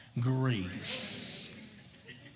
Grace